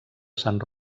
sant